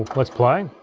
let's play.